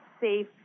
safe